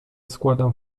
składam